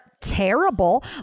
terrible